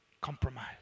compromise